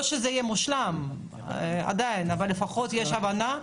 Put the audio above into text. לא שזה יהיה מושלם, עדיין, אבל לפחות יש הבנה.